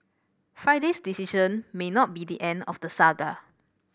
Friday's decision may not be the end of the saga